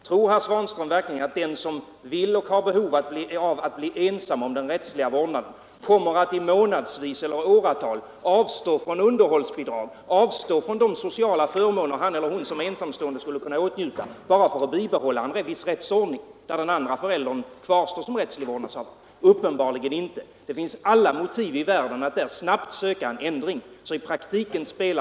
Tror herr Svanström verkligen att den som vill och har behov av att bli ensam om den rättsliga vårdnaden kommer att i månader eller i åratal avstå från underhållsbidrag och från de sociala förmåner som han eller hon skulle kunna åtnjuta som ensamstående, bara för att bibehålla en viss rättsordning, rättsordningen att den andra föräldern kvarstår som rättslig vårdnadshavare? Uppenbarligen inte. Han eller hon har alla motiv i världen att snabbt söka en ändring.